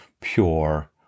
pure